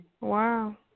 wow